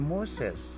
Moses